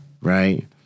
right